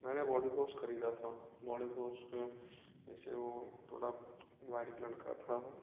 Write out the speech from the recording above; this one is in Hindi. मैंने बोडी वोस खरीदा था बोडी वोस में ऐसे वो थोड़ा व्हाइट कलर का था